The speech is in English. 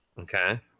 Okay